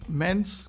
men's